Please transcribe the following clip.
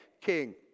king